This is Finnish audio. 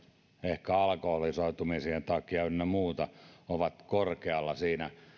ehkä alkoholisoitumisen takia ynnä muuta ovat korkealla niissä